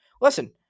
Listen